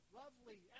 lovely